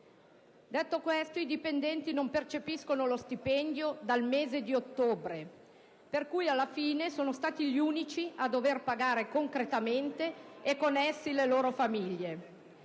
Detto questo, i dipendenti non percepiscono lo stipendio dal mese di ottobre. Per cui, alla fine, sono stati gli unici a dover pagare concretamente, e con loro le rispettive famiglie.